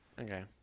okay